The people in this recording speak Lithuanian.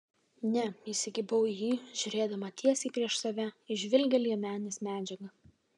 ne įsikibau į jį žiūrėdama tiesiai prieš save į žvilgią liemenės medžiagą